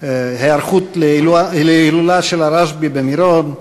ההיערכות להילולה של הרשב"י במירון,